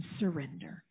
surrender